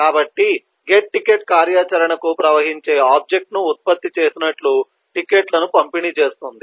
కాబట్టి gate ticket కార్యాచరణకు ప్రవహించే ఆబ్జెక్ట్ ను ఉత్పత్తి చేసినట్లు టిక్కెట్లను పంపిణీ చేస్తుంది